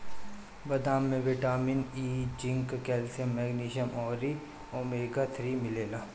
बदाम में vitamin E, zinc, calcium, magnesium अउरी ओमेगा थ्री मिलेला